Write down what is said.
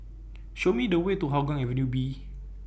Show Me The Way to Hougang Avenue B